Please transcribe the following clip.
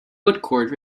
woodcourt